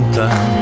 time